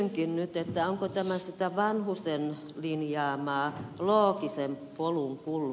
kysynkin nyt onko tämä sitä vanhasen linjaamaa loogisen polun kulkua